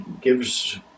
gives